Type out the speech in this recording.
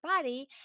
body